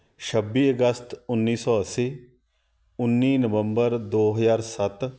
ਛੱਬੀ ਅਗਸਤ ਉੱਨੀ ਸੌ ਅੱਸੀ ਉੱਨੀ ਨਵੰਬਰ ਦੋ ਹਜ਼ਾਰ ਸੱਤ